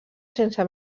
sense